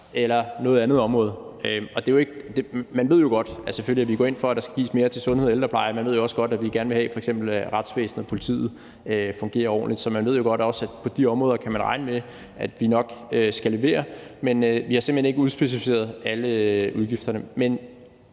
selvfølgelig går ind for, at der skal gives mere til sundhed og ældreplejen. Man ved jo også godt, at vi gerne vil have, at f.eks. retsvæsenet og politiet fungerer ordentligt. Så man ved jo også godt, at man på de områder kan regne med, at vi nok skal levere, men vi har simpelt hen ikke udspecificeret alle udgifterne.